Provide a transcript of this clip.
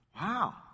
Wow